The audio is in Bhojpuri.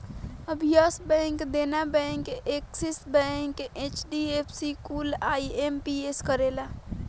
अब Yes Bank, Dena Bank, Axis Bank, HDFC कुल आई.एम.पी.एस करेला